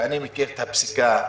אני מכיר את הפסיקה,